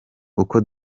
uko